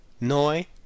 Noi